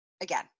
again